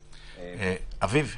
אביב,